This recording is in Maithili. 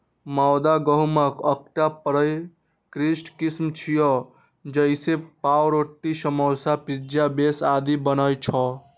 मैदा गहूंमक आटाक परिष्कृत किस्म छियै, जइसे पावरोटी, समोसा, पिज्जा बेस आदि बनै छै